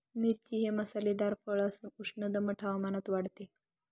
मिरची हे मसालेदार फळ असून उष्ण दमट हवामानात वाढते